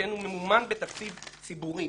שכן הוא ממומן בתקציב ציבורי.